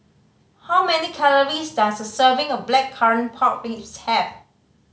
how many calories does a serving of Blackcurrant Pork Ribs have